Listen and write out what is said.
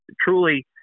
Truly